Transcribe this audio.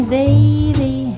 baby